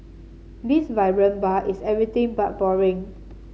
this vibrant bar is everything but boring